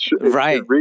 Right